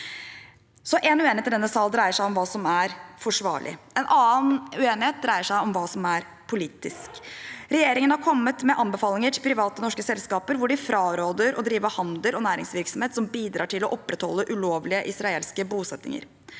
Én uenighet i denne sal dreier seg altså om hva som er forsvarlig. En annen uenighet dreier seg om hva som er politisk. Regjeringen har kommet med anbefalinger til private norske selskaper, hvor den fraråder å drive handel og næringsvirksomhet som bidrar til å opprettholde ulovlige israelske bosettinger.